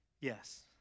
yes